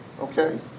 Okay